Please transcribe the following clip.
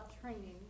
training